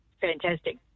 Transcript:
fantastic